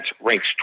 ranks